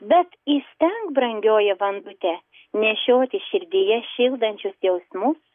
bet įstenk brangioji vandute nešioti širdyje šildančius jausmus